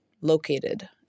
located